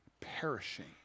perishing